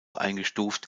eingestuft